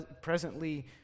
presently